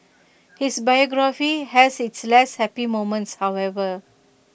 his biography has its less happy moments however